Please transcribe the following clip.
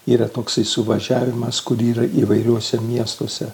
yra toks suvažiavimas kur yra įvairiuose miestuose